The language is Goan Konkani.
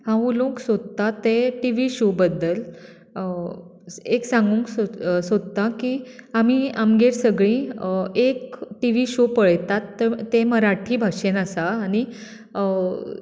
हांव उलोंक सोदतां तें टिवी शो बद्दल एक सागूं सोदतां की आमी आमगेर सगळीं एक टिवी शो पळेतात तें मराठी भाशेन आसा आनी